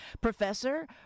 professor